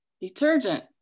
detergent